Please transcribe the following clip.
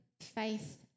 faith